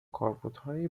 کاربردهای